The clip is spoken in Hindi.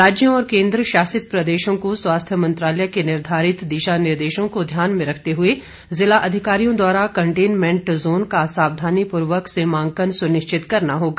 राज्यों और केंद्रशासित प्रदेशों को स्वास्थ्य मंत्रालय के निर्धारित दिशा निर्देशों को ध्यान में रखते हुए जिला अधिकारियों द्वारा कंटेन्मेंट जोन का सावधानीपूर्वक सीमांकन सुनिश्चित करना होगा